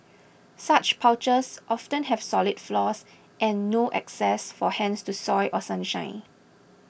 such porches often have solid floors and no access for hens to soil or sunshine